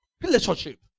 Relationship